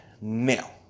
Now